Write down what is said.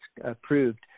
approved